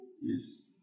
Yes